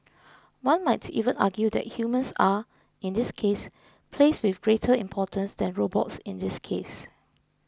one might even argue that humans are in this case placed with greater importance than robots in this case